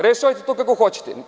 Rešavajte to kako hoćete.